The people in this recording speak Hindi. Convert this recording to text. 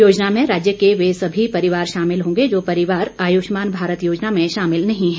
योजना में राज्य के वे सभी परिवार शामिल होंगे जो परिवार आयुष्मान भारत योजना में शामिल नहीं है